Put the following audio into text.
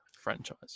franchise